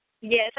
Yes